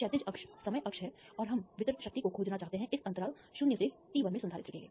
तो क्षैतिज अक्ष समय अक्ष है और हम वितरित शक्ति को खोजना चाहते हैं इस अंतराल 0 से t1 में संधारित्र के लिए